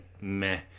meh